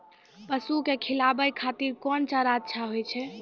पसु के खिलाबै खातिर कोन चारा अच्छा होय छै?